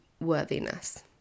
worthiness